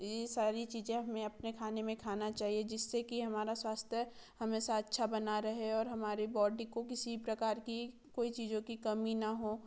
ये सारी चीज़ें हमें अपने खाने में खाना चाहिए जिससे कि हमारा स्वास्थ्य हमेशा अच्छा बना रहे और हमारी बॉडी को किसी प्रकार की कोई चीज़ों की कोई कमी ना हो